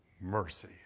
Mercy